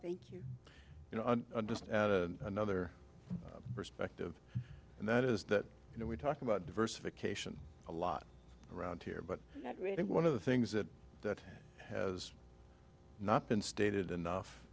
thank you another perspective and that is that you know we talk about diversification a lot around here but not really one of the things that that has not been stated enough